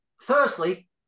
Firstly